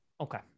okay